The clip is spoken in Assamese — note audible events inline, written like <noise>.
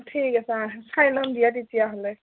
ঠিক আছে <unintelligible> চাই ল'ম দিয়া তেতিয়াহ'লে